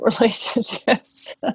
relationships